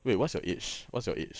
wait what's your age what's your age